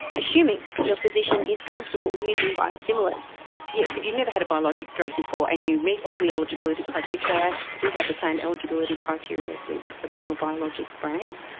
assuming your physician is comfortable using biosimilars. yes, if you've never had a biologic drug before and you meet all the eligibility criteria, because they do have the same eligibility criteria as the original biologic brands,